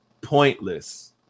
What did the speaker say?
pointless